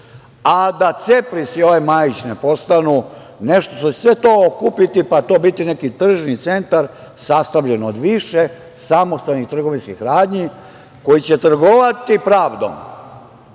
a da CEPRIS i ovaj Majić ne postanu nešto što će sve to okupiti, pa to biti neki tržni centar sastavljen od više samostalnih trgovinskih radnji koji će trgovati pravdom,